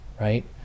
right